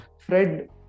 Fred